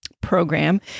program